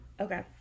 okay